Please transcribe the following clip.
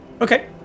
Okay